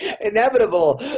inevitable